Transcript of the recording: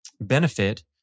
benefit